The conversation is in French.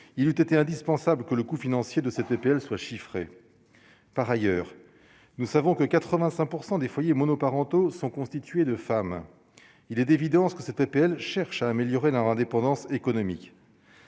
il eut été indispensable que le coût financier de cette PPL soient chiffrées, par ailleurs, nous savons que 85 % des foyers monoparentaux sont constituées de femmes, il est d'évidence que cet appel, cherchent à améliorer leur indépendance économique.